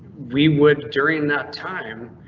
we would during that time.